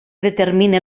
determinen